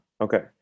Okay